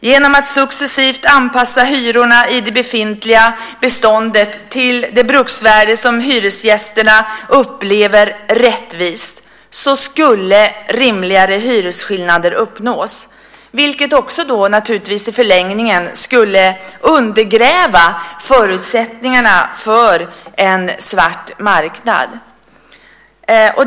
Genom att successivt anpassa hyrorna i det befintliga beståndet till det bruksvärde som hyresgästerna upplever rättvist skulle rimligare hyresskillnader uppnås, vilket naturligtvis i förlängningen skulle undergräva förutsättningarna för en svart marknad.